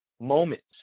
moments